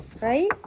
Right